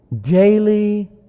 daily